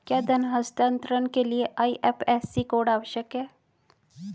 क्या धन हस्तांतरण के लिए आई.एफ.एस.सी कोड आवश्यक है?